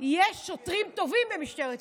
יש שוטרים טובים במשטרת ישראל.